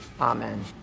amen